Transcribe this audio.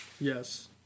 Yes